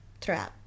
throughout